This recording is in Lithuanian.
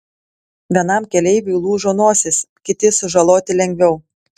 vienam keleiviui lūžo nosis kiti sužaloti lengviau